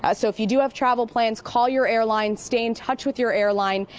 ah so if you do have travel plans, call your airlines. stay in touch with your airline.